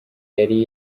yari